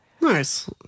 nice